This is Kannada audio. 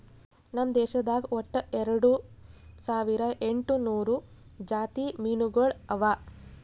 ನಮ್ ದೇಶದಾಗ್ ಒಟ್ಟ ಎರಡು ಸಾವಿರ ಎಂಟು ನೂರು ಜಾತಿ ಮೀನುಗೊಳ್ ಅವಾ